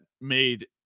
made